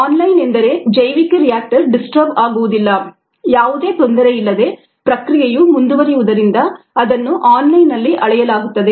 on line ಎಂದರೆ ಜೈವಿಕ reactor disturb ಆಗುವುದಿಲ್ಲ ಯಾವುದೇ ತೊಂದರೆಯಿಲ್ಲದೆ ಪ್ರಕ್ರಿಯೆಯು ಮುಂದುವರಿಯುವುದರಿಂದ ಅದನ್ನು ಆನ್ಲೈನ್ನಲ್ಲಿ ಅಳೆಯಲಾಗುತ್ತದೆ